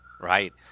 Right